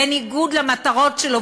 בניגוד למטרות שלו,